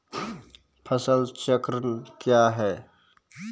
फसल चक्रण कया हैं?